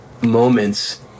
moments